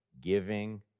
giving